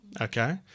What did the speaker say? Okay